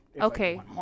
Okay